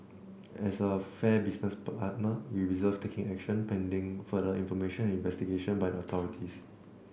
as a fair business partner we reserved taking action pending further information and investigation by the authorities